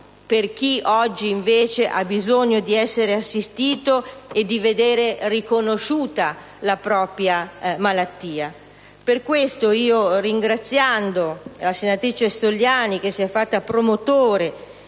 per chi oggi invece ha bisogno di essere assistito e di vedere riconosciuta la propria malattia. Per questo motivo, ringraziando la senatrice Soliani che si è fatta promotrice